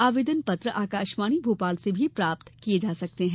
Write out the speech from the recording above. आवेदन पत्र आकाशवाणी भोपाल से भी प्राप्त किये जा सकते हैं